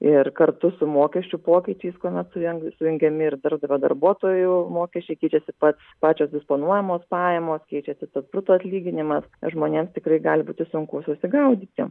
ir kartu su mokesčių pokyčiais kuomet sujan sujungiami ir darbdavio darbuotojų mokesčiai keičiasi pats pačios disponuojamos pajamos keičiasi tas bruto atlyginimas žmonėms tikrai gali būti sunku susigaudyti